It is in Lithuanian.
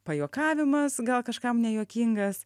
pajuokavimas gal kažkam nejuokingas